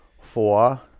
four